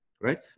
right